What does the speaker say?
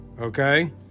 Okay